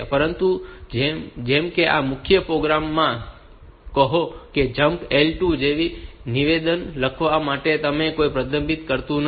પરંતુ જેમ કે આ મુખ્ય પ્રોગ્રામ માં કહો કે જમ્પ L2 જેવું નિવેદન લખવા માટે તમને કોઈ પ્રતિબંધિત કરતું નથી